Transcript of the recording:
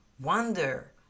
wonder